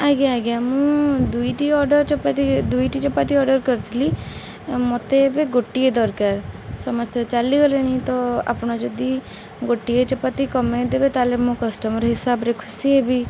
ଆଜ୍ଞା ଆଜ୍ଞା ମୁଁ ଦୁଇଟି ଅର୍ଡ଼ର ଚପାତି ଦୁଇଟି ଚପାତି ଅର୍ଡ଼ର କରିଥିଲି ମତେ ଏବେ ଗୋଟିଏ ଦରକାର ସମସ୍ତେ ଚାଲିଗଲେଣି ତ ଆପଣ ଯଦି ଗୋଟିଏ ଚପାତି କମେଇଦବେ ତା'ହେଲେ ମୁଁ କଷ୍ଟମର୍ ହିସାବରେ ଖୁସି ହେବି